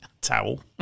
towel